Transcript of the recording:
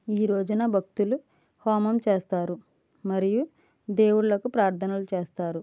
ఈ రోజున భక్తులు హోమం చేస్తారు మరియు దేవుళ్లకు ప్రార్ధనలు చేస్తారు